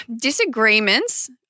disagreements